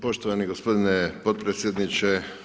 Poštovani gospodine potpredsjedniče.